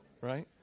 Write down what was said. Right